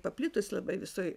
paplitus labai visoj